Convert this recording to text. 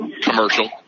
commercial